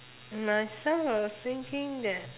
myself I was thinking that